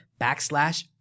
backslash